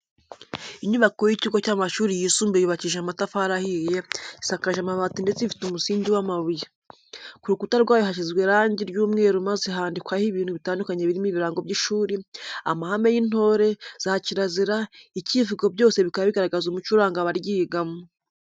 Inyubako y'ikigo cy'amashuri yisumbuye yubakishije amatafari ahiye, isakaje amabati ndetse ifite umusingi w'amabuye, ku rukuta rwayo hasizwe irangi ry'umweru maze handikwaho ibintu bitandukanye birimo ibirango by'ishuri, amahame y'intore, za kirazira, icyivugo byose bikaba bigaragaza umuco uranga abaryigamo.